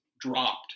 dropped